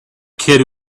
kid